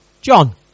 John